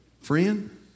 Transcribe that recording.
Friend